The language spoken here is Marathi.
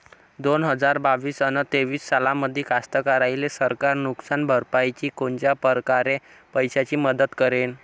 दोन हजार बावीस अस तेवीस सालामंदी कास्तकाराइले सरकार नुकसान भरपाईची कोनच्या परकारे पैशाची मदत करेन?